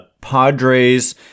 Padres